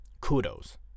kudos